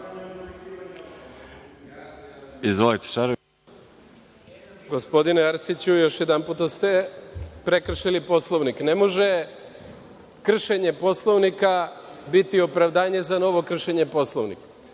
Gospodine Arsiću, još jedanput ste prekršili Poslovnik. Ne može kršenje Poslovnika biti opravdanje za novo kršenje Poslovnika.